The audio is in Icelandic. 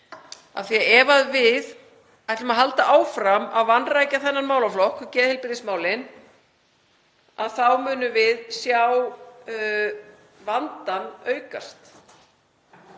af því að ef við ætlum að halda áfram að vanrækja þennan málaflokk, geðheilbrigðismálin, þá munum við sjá vandann aukast.